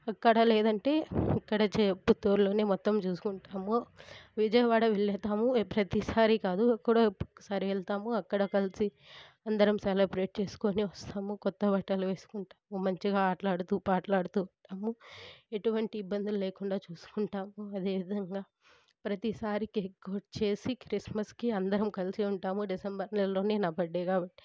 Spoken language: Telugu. అక్కడ లేదంటే ఇక్కడే చే పుత్తూరులోనే మొత్తం చూసుకుంటాము విజయవాడ వెళ్తాము ప్రతిసారి కాదు ఎప్పుడో ఒకసారి వెళ్తాము అక్కడ కలిసి అందరం సెలబ్రేట్ చేసుకొని వస్తాము కొత్త బట్టలు వేసుకుంటాము మంచిగా ఆటలాడుతు పాటలాడుతు ఉంటాము ఎటువంటి ఇబ్బందులు లేకుండా చూసుకుంటాము అదేవిధంగా ప్రతిసారి కేక్ కట్ చేసి క్రిస్మస్కి అందరం కలిసి ఉంటాము డిసెంబర్ నెలలోనే నా బర్త్డే కాబట్టి